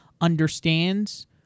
understands